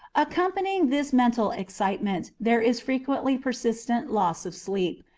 accompanying this mental excitement there is frequently persistent loss of sleep,